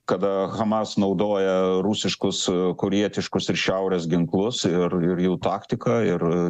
kada hamas naudoja rusiškus korėjietiškus ir šiaurės ginklus ir ir jų taktiką ir